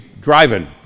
driving